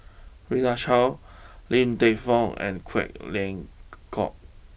Rita Chao Ling and Quek Ling Kiong